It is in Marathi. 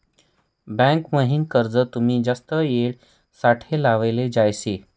बँक म्हाईन कर्ज तुमी जास्त येळ साठे लेवाले जोयजे